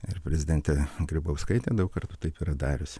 ir prezidentė grybauskaitė daug kartų taip yra dariusi